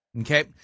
Okay